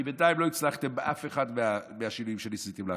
כי בינתיים לא הצלחתם באף אחד מהשינויים שניסיתם לעשות.